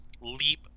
leap